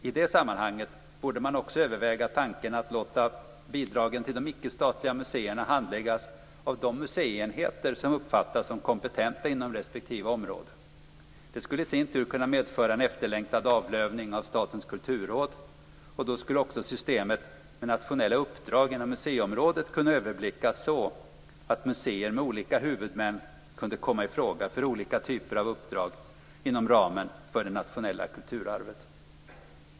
I det sammanhanget borde man också överväga tanken att låta bidragen till de icke-statliga museerna handläggas av de museienheter som uppfattas som kompetenta inom respektive område. Det skulle i sin tur kunna medföra en efterlängtad avlövning av Statens Kulturråd. Då skulle också systemet med nationella uppdrag inom museiområdet kunna överblickas så att museer med olika huvudmän kunde komma ifråga för olika typer av uppdrag inom ramen för det nationella kulturarvet.